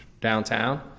downtown